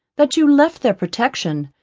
that you left their protection,